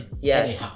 yes